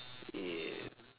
yeah